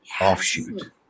Offshoot